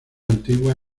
antigua